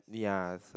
ya so